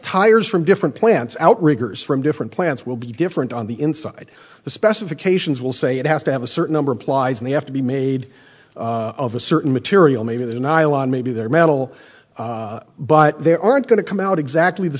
tires from different plants outriggers from different plants will be different on the inside the specifications will say it has to have a certain number applies and they have to be made of a certain material maybe they're nylon maybe they're metal but they aren't going to come out exactly the